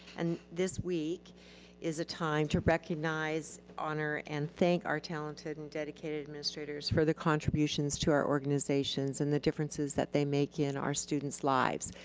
and this week is a time to recognize, honor and thank our talented and dedicated administrators for the contributions to our organizations and the differences that they make in our students' lives.